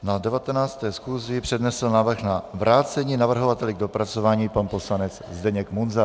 Na 19. schůzi přednesl návrh na vrácení navrhovateli k dopracování pan poslanec Zdeněk Munzar.